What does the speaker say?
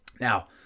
Now